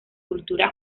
cultura